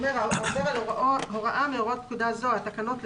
הסעיף אומר: "העובר על הוראה מהוראות פקודה זו והתקנות פיה,